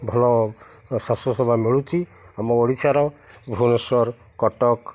ଭଲ ସ୍ୱାସ୍ଥ୍ୟସେବା ମିଳୁଛି ଆମ ଓଡ଼ିଶାର ଭୁବନେଶ୍ୱର କଟକ